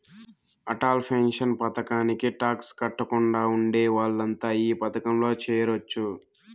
Atal pension పథకానికి tax కట్టకుండా ఉండే వాళ్లంతా ఈ పథకంలో చేరొచ్చు